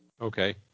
Okay